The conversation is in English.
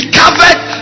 covered